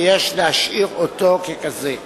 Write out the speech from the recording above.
ויש להשאיר אותו כזה.